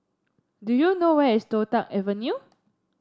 do you know where is Toh Tuck Avenue